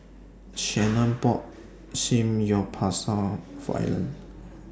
Shannon bought Samgyeopsal For Alan